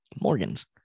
Morgans